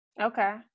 Okay